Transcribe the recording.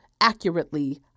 accurately